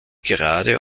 gerade